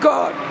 God